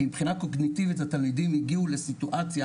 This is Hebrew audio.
כי מבחינה קוגניטיבית התלמידים הגיעו לסיטואציה